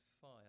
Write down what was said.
fire